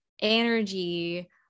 energy